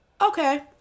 Okay